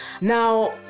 Now